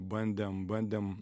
bandėm bandėm